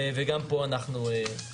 מה אנחנו עושים?